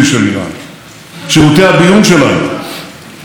הטרור של איראן באירופה ובמקומות אחרים.